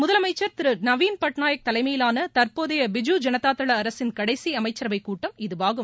முதலமைச்சர் திரு நவீன் பட்நாயக் தலைமையிலான தற்போதைய பிஜூ ஜனதாதள அரசின் கடைசி அமைச்சரவைக் கூட்டம் இதுவாகும்